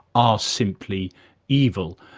are simply evil.